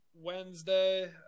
wednesday